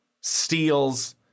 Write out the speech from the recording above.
steals